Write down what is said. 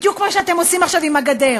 בדיוק כמו שאתם עושים עכשיו עם הגדר.